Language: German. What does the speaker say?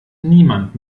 niemand